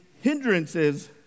hindrances